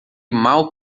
mal